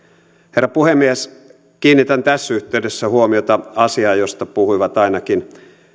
herra puhemies kiinnitän tässä yhteydessä huomiota asiaan josta puhuivat ainakin